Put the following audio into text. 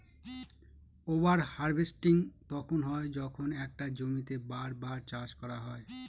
over harvesting তখন হয় যখন একটা জমিতেই বার বার চাষ করা হয়